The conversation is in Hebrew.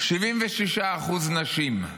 76% נשים.